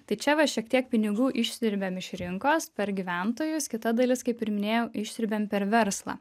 tai čia va šiek tiek pinigų išsiurbiam iš rinkos per gyventojus kita dalis kaip ir minėjau išsiurbiam per verslą